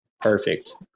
Perfect